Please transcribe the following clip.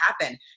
happen